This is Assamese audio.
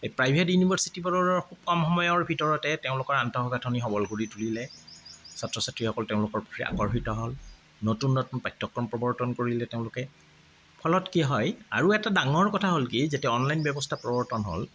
এই প্ৰাইভেট ইউনিভাৰ্চিটিবোৰৰো খুব কম সময়ৰ ভিতৰত তেওঁলোকে আন্তঃগাঁথনি সৱল কৰি তুলিলে ছাত্ৰ ছাত্ৰীসকল তেওঁলোকৰ প্ৰতি আকৰ্ষিত হ'ল নতুন নতুন পাঠ্যক্ৰম প্ৰৱৰ্তন কৰিলে তেওঁলোকে ফলত কি হয় আৰু এটা ডাঙৰ কথা হ'ল কি যে অনলাইন ব্যৱস্থাৰ প্ৰৱৰ্তন হ'ল